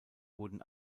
wurden